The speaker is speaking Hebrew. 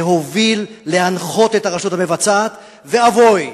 להוביל, להנחות את הרשות המבצעת, ואבוי